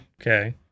Okay